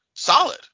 Solid